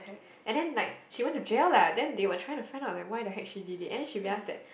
and then like she went to jail lah then they were trying to find out like why the heck she did it and then she realised that